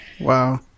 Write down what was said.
Wow